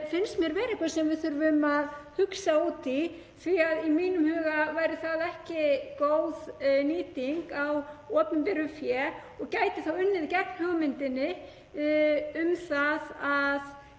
finnst mér vera eitthvað sem við þurfum að hugsa út í því að í mínum huga væri það ekki góð nýting á opinberu fé og gæti unnið gegn hugmyndinni um það að